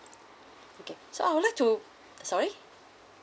okay so I would like to sorry